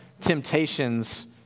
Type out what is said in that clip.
temptations